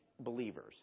believers